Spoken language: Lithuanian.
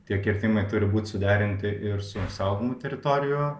tie kirtimai turi būt suderinti ir su saugomų teritorijų